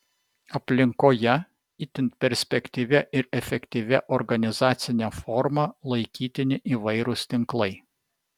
aplinkoje itin perspektyvia ir efektyvia organizacine forma laikytini įvairūs tinklai